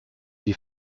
die